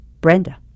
Brenda